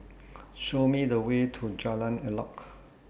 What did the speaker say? Show Me The Way to Jalan Elok